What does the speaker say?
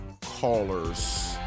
callers